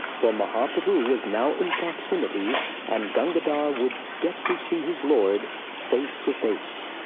for mahaprabhu was now in proximity and gangadhar would get to see his lord face to face!